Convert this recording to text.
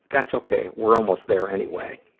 that's okay we're almost there anyway.